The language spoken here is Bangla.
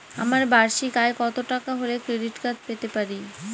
আমার বার্ষিক আয় কত টাকা হলে ক্রেডিট কার্ড পেতে পারি?